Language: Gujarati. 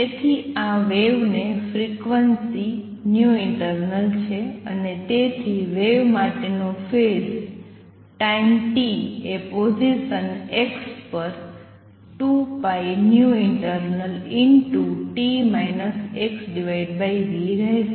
તેથી આ વેવ ને ફ્રિક્વન્સી internal છે અને તેથી વેવ માટેનો ફેઝ ટાઈમ t એ પોઝીસન x પર 2πinternalt xv રહેશે